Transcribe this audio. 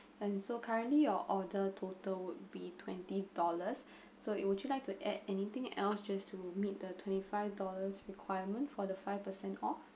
and so currently your order total would be twenty dollars so you would you like to add anything else just to meet the twenty five dollars requirement for the five per cent off